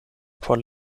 por